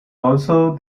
also